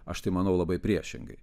aš tai manau labai priešingai